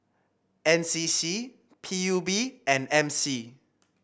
N C C P U B and M C